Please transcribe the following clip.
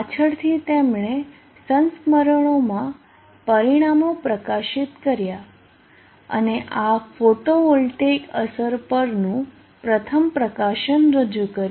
પાછળથી તેમણે સંસ્મરણોમાં પરિણામો પ્રકાશિત કર્યા અને આ ફોટોવોલ્ટેઇક અસર પરનું પ્રથમ પ્રકાશન રજૂ કર્યું